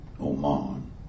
Oman